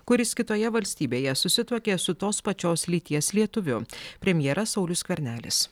kuris kitoje valstybėje susituokė su tos pačios lyties lietuviu premjeras saulius skvernelis